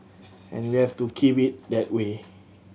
and we have to keep it that way